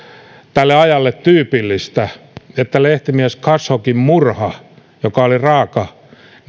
tälle ajalle tyypillistä että lehtimies khashoggin murha joka oli raaka